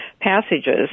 passages